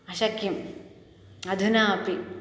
अशक्यम् अधुना अपि